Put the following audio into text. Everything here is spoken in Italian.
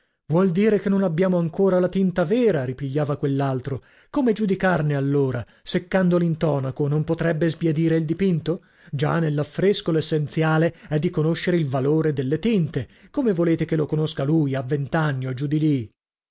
vuol dire che non abbiamo ancora la tinta vera ripigliava quell'altro come giudicarne allora seccando l'intonaco non potrebbe sbiadire il dipinto già nell'affresco l'essenziale è di conoscere il valore delle tinte come volete che lo conosca lui a vent'anni o giù di lì